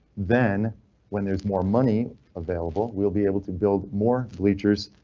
then when there's more money available, we'll be able to build more bleachers,